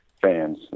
fans